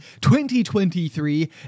2023